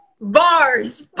Bars